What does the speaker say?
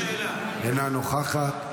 אינה נוכחת,